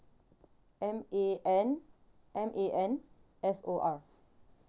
M A N M A N S O R